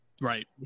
right